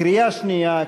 קריאה שנייה,